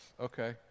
okay